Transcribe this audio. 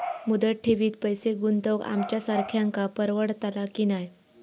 मुदत ठेवीत पैसे गुंतवक आमच्यासारख्यांका परवडतला की नाय?